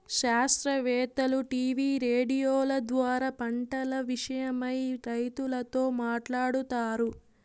శాస్త్రవేత్తలు టీవీ రేడియోల ద్వారా పంటల విషయమై రైతులతో మాట్లాడుతారు